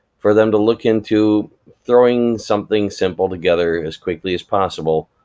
for them to look into throwing something simple together as quickly as possible,